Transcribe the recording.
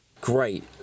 great